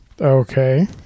Okay